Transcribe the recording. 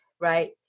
Right